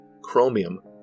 chromium